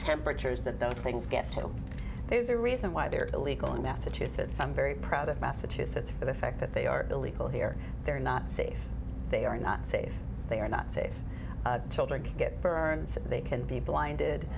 temperatures that those things get to there's a reason why they're illegal in massachusetts i'm very proud of massachusetts for the fact that they are illegal here they're not safe they are not safe they are not safe children can get burned so they can be blinded